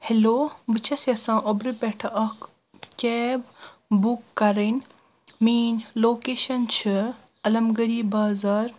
hello بہٕ چھس یژھان اوبرٕ پٮ۪ٹھ اکھ کیب بُک کرٕنۍ میٲنۍ لوکیشن چھِ المگٔری بازار